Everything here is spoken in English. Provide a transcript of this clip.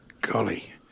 Golly